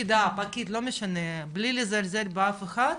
בלי לזלזל באף אחד,